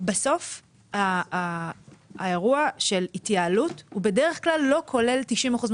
בסוף האירוע של התייעלות הוא בדרך כלל לא כולל 90 אחוזים